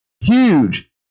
huge